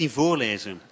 voorlezen